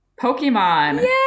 Pokemon